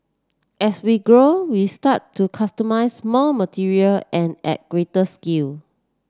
as we grow we started to customise more material and at greater scale